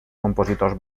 compositors